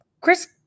Chris